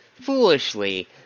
foolishly